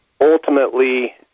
ultimately